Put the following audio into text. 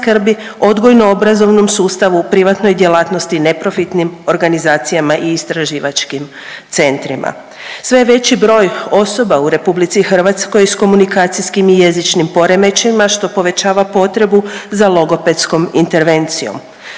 odgojno obrazovnom sustavu, u privatnoj djelatnosti, neprofitnim organizacijama i istraživačkim centrima. Sve je veći broj osoba u RH s komunikacijskim i jezičnim poremećajima što povećava potrebu za logopedskom intervencijom.